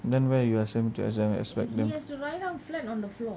then where you assume to assign